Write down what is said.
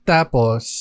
Tapos